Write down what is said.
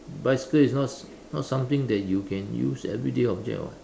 bicycle is not not something that you can use everyday object [what]